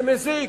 זה מזיק.